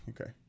okay